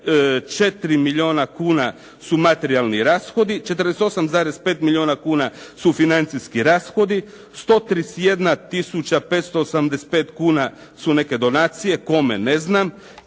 milijuna kuna su materijalni rashodi, 48,5 milijuna kuna su financijski rashodi, 131 tisuća 585 kuna su neke donacije. Kome? Ne znam.